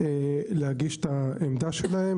להגיש את העמדה שלהם,